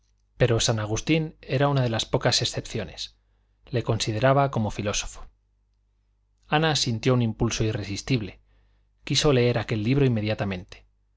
pero san agustín era una de las pocas excepciones le consideraba como filósofo ana sintió un impulso irresistible quiso leer aquel libro inmediatamente